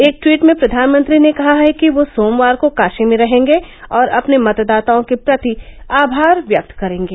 एक ट्वीट में प्रधानमंत्री ने कहा है कि वह सोमवार को काषी में रहेंगे और अपने मतदाताओं के प्रति आभार व्यक्त करेंगे